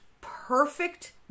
perfect